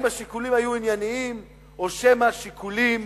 האם השיקולים היו ענייניים או שמא שיקולים